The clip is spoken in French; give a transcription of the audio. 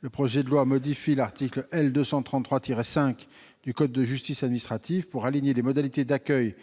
Le projet de loi modifie l'article L. 233-5 du code de justice administrative pour aligner les modalités d'accueil